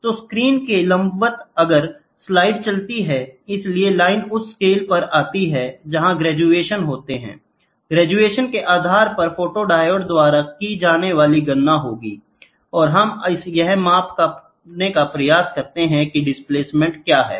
तो स्क्रीन के लंबवत अगर स्लाइड चलती रहती है इसलिए लाइन उस स्केल पर आती है जहाँ ग्रेजुएशन होता है और ग्रेजुएशन के आधार पर फोटोडायोड द्वारा की जाने वाली गणना होगी और हम यह मापने का प्रयास करते हैं कि डिस्प्लेसमेंट क्या है